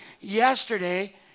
yesterday